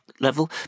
level